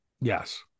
Yes